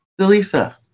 Delisa